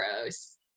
gross